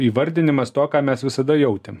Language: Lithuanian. įvardinimas to ką mes visada jautėm